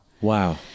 Wow